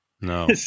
No